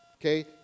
Okay